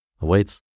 awaits